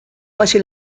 pase